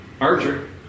Archer